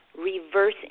Reverse